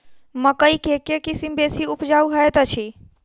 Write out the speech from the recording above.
मकई केँ के किसिम बेसी उपजाउ हएत अछि?